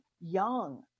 young